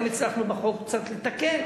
היום הצלחנו בחוק קצת לתקן,